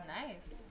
nice